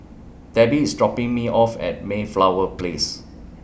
Debbie IS dropping Me off At Mayflower Place